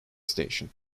station